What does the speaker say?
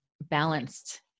balanced